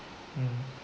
mm